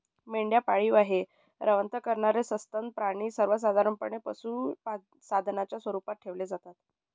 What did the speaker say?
मेंढ्या पाळीव आहे, रवंथ करणारे सस्तन प्राणी सर्वसाधारणपणे पशुधनाच्या स्वरूपात ठेवले जातात